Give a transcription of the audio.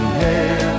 hair